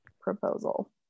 proposal